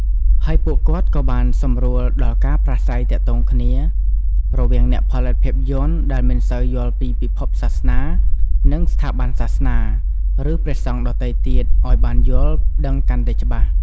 ហើយពួកគាត់ក៏បាន សម្រួលដល់ការប្រាស្រ័យទាក់ទងគ្នា រវាងអ្នកផលិតភាពយន្តដែលមិនសូវយល់ពីពិភពសាសនា និង ស្ថាប័នសាសនា ឬព្រះសង្ឃដទៃទៀតអោយបានយល់ដឹងកាន់តែច្បាស់។